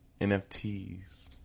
NFTs